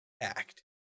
act